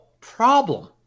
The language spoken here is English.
problem